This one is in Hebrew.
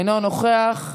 אינו נוכח.